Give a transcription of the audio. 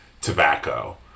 tobacco